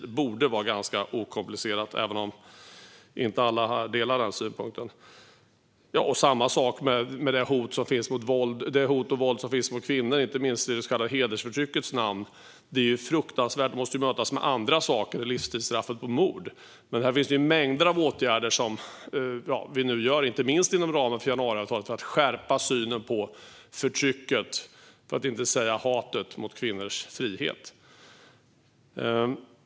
Det borde vara ganska okomplicerat, även om inte alla här delar denna synpunkt. Detsamma gäller det hot och våld som finns mot kvinnor, inte minst i det så kallade hedersförtryckets namn. Det är fruktansvärt och måste mötas på andra sätt än livstidsstraff för mord. Här finns det mängder av åtgärder som vi nu vidtar, inte minst inom ramen för januariavtalet för att skärpa synen på förtrycket, för att inte säga hatet, mot kvinnors frihet.